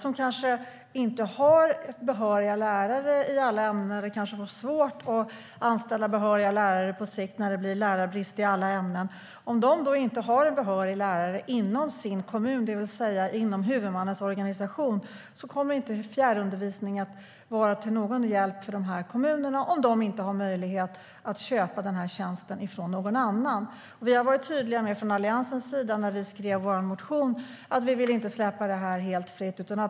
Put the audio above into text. De har kanske inte behöriga lärare i alla ämnen eller kanske får svårt att anställa behöriga lärare på sikt när det blir lärarbrist i alla ämnen. Om de inte har en behörig lärare inom sin kommun, det vill säga inom huvudmannens organisation, kommer inte fjärrundervisning att vara till någon hjälp för dessa kommuner om de inte har möjlighet att köpa tjänsten från någon annan. Vi har från Alliansens sida när vi skrev vår motion varit tydliga med att vi inte vill släppa det helt fritt.